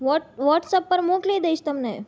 WhatsApp પર મોકલી દઇશ તમને